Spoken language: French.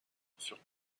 furent